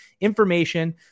information